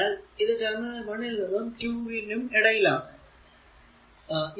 അതിനാൽ ഇത് ടെർമിനൽ 1 നും 2 നും ഇടയിൽ ആണ്